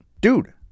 Dude